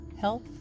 health